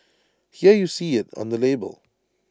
here you see IT on the label